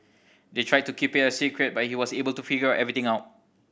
they tried to keep it a secret but he was able to figure everything out